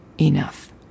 enough